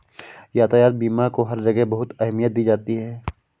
यातायात बीमा को हर जगह बहुत अहमियत दी जाती है